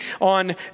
on